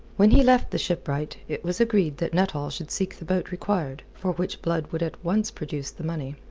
when he left the shipwright, it was agreed that nuttall should seek the boat required, for which blood would at once produce the money.